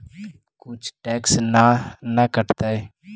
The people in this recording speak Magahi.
कुछ टैक्स ना न कटतइ?